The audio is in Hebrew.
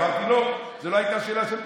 אמרתי: לא, זו לא הייתה שאלה של פוזיציה,